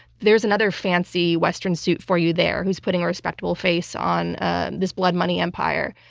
there is another fancy western suit for you there, who's putting a respectable face on ah this blood money empire.